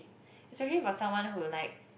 especially for someone who like